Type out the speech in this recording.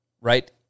right